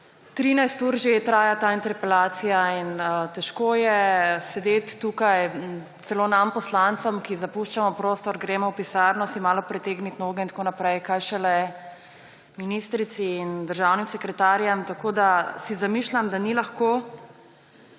13 ur že čaka ta interpelacija in težko je sedeti tukaj, celo nam poslancem, ki zapuščamo prostor, si gremo v pisarno malo pretegnit noge in tako naprej, kaj šele ministrici in državnim sekretarjem. Si zamišljam, da ni lahko,